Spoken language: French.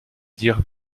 dires